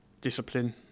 discipline